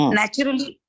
naturally